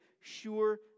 sure